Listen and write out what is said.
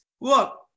Look